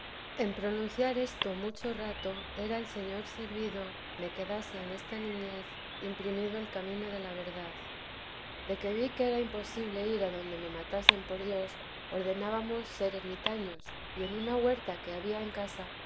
en pronunciar esto mucho rato era el señor servido me quedase en esta niñez imprimido el camino de la verdad de que vi que era imposible ir adonde me matasen por dios ordenábamos ser ermitaños y en una huerta que habia en casa